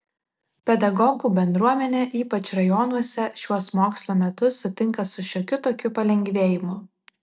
pedagogų bendruomenė ypač rajonuose šiuos mokslo metus sutinka su šiokiu tokiu palengvėjimu